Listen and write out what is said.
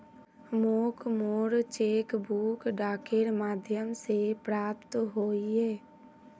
मोक मोर cheque book डाकेर माध्यम से प्राप्त होइए